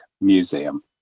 Museum